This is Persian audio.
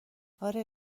آره